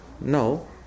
No